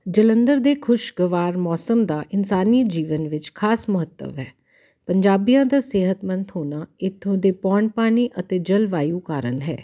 ਜਲੰਧਰ ਦੀ ਖੁਸ਼ਗਵਾਰ ਮੌਸਮ ਦਾ ਇਨਸਾਨੀ ਜੀਵਨ ਵਿੱਚ ਖਾਸ ਮਹੱਤਵ ਹੈ ਪੰਜਾਬੀਆਂ ਦਾ ਸਿਹਤਮੰਦ ਹੋਣਾ ਇੱਥੋਂ ਦੇ ਪੌਣ ਪਾਣੀ ਅਤੇ ਜਲਵਾਯੂ ਕਾਰਨ ਹੈ